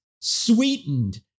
sweetened